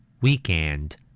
Weekend